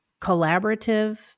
collaborative